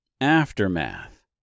Aftermath